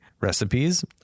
recipes